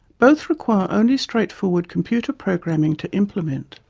both require only straightforward computer programming to implement,